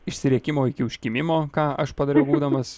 išsirėkimo iki užkimimo ką aš padariau būdamas